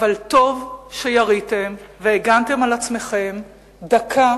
אבל טוב שיריתם והגנתם על עצמכם דקה